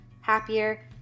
happier